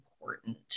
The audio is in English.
important